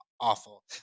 awful